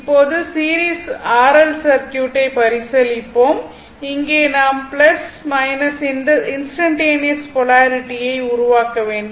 இப்போது series RL சர்க்யூட்டை பரிசீலிப்போம் இங்கே நாம் இன்ஸ்டன்டனியஸ் போலாரிட்டியை உருவாக்க வேண்டும்